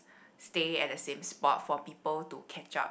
stay at the same spot for people to catch up